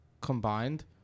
combined